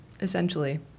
essentially